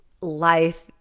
life